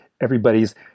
Everybody's